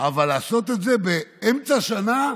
אבל לעשות את זה באמצע שנה,